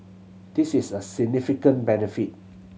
this is a significant benefit